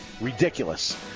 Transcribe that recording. ridiculous